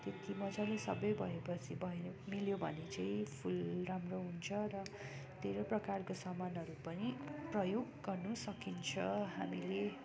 त्यति मजाले सबै भए पछि भयो मिल्यो भने चाहिँ फुल राम्रो हुन्छ र धेरै प्रकारको सामानहरू पनि प्रयोग गर्नु सकिन्छ हामीले